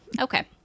Okay